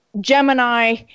Gemini